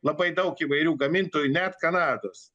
labai daug įvairių gamintojų net kanados